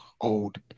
old